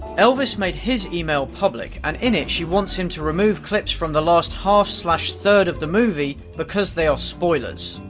elvis made his email public, and in it she wants him to remove clips from the last half third of the movie, because they are spoilers.